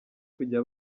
kujya